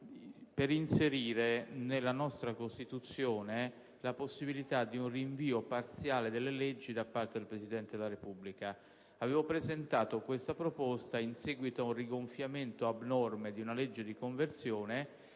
per inserire nella nostra Costituzione la possibilità di un rinvio parziale delle leggi da parte del Presidente della Repubblica. Avevo presentato questa proposta in seguito ad un rigonfiamento abnorme di una legge di conversione